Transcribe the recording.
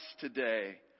today